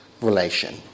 relation